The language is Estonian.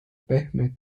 pehme